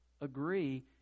Agree